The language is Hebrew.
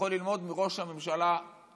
יכול ללמוד מראש הממשלה הממלא-מקום,